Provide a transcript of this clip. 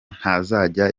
ntazajya